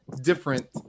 different